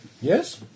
Yes